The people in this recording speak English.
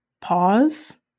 pause